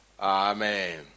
Amen